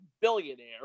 billionaire